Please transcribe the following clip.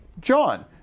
John